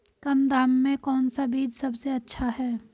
कम दाम में कौन सा बीज सबसे अच्छा है?